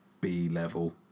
B-level